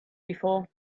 before